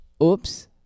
Oops